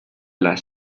las